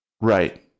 Right